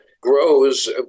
grows